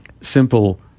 simple